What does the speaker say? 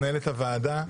מנהלת הוועדה,